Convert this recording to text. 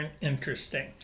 interesting